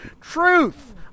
Truth